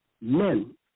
men